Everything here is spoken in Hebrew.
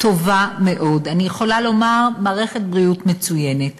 טובה מאוד, אני יכולה לומר: מערכת בריאות מצוינת,